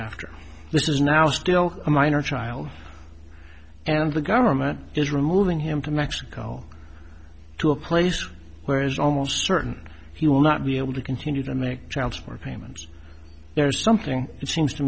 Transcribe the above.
after this is now still a minor child and the government is removing him from mexico to a place where as almost certain he will not be able to continue to make child support payments there is something it seems to